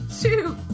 Two